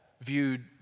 viewed